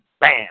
bam